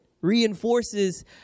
reinforces